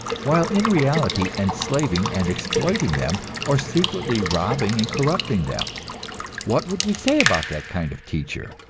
while in reality enslaving and exploiting them, or secretly robbing and corrupting them what would we say about that kind of teacher?